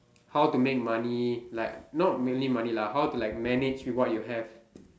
how to make money like not mainly money lah how to like manage with what you have